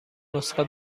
نسخه